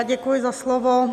Děkuji za slovo.